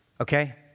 okay